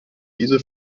diese